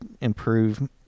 improve